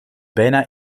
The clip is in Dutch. bijna